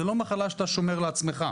זו לא מחלה שאתה שומר לעצמך.